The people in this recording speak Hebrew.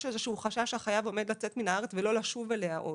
איזשהו חשש שהחייב עומד לצאת מן הארץ ולא לשוב אליה עוד.